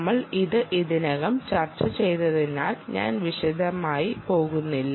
നമ്മൾ ഇത് ഇതിനകം ചർച്ച ചെയ്തതിനാൽ ഞാൻ വിശദമായി പോകില്ല